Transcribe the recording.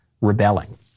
rebelling